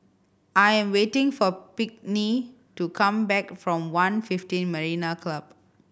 I am waiting for Pinkney to come back from One fifteen Marina Club